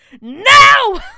no